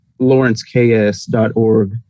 lawrenceks.org